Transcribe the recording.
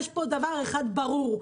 יש פה דבר אחד ברור,